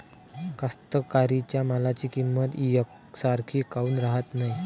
कास्तकाराइच्या मालाची किंमत यकसारखी काऊन राहत नाई?